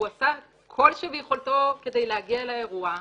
והוא עשה כל שביכולתו כדי להגיע לאירוע,